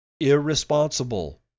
irresponsible